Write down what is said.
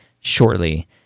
shortly